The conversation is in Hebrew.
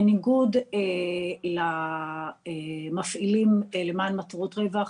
בניגוד למפעילים למען מטרות רווח,